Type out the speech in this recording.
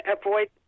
avoid